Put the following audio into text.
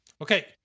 Okay